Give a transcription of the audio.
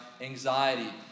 Anxiety